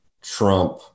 trump